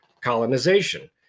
colonization